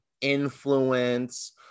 influence